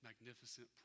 Magnificent